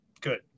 good